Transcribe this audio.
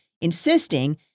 insisting